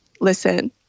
listen